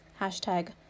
hashtag